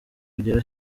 kugera